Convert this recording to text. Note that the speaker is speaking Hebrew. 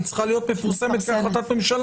היא צריכה להיות מפורסמת לפי החלטת ממשלה.